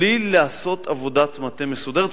בלי לעשות עבודת מטה מסודרת,